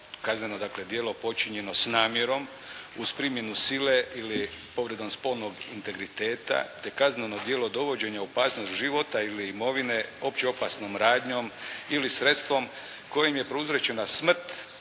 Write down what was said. dakle djelo počinjeno s namjerom uz primjenu sile ili povredom spolnog integriteta te kazneno djelo dovođenja u opasnost života ili imovine opće opasnom radnjom ili sredstvom kojim je prouzročena smrt,